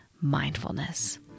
mindfulness